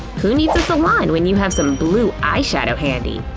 who needs a salon when you have some blue eyeshadow handy?